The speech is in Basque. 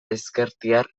ezkertiar